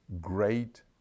great